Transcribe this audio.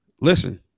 listen